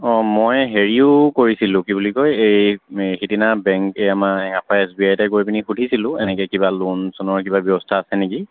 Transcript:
অঁ মই হেৰিও কৰিছিলোঁ কি বুলি কয় এই সেইদিনা বেংক আমাৰ এছ বি আইতে গৈ পিনি সুধিছিলোঁ এনেকৈ কিবা লোন চোনৰ কিবা ব্যৱস্থা আছে নেকি